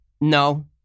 No